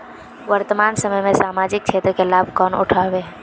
वर्तमान समय में सामाजिक क्षेत्र के लाभ कौन उठावे है?